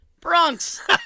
Bronx